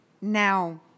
Now